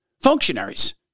Functionaries